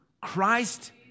Christ